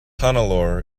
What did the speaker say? hannelore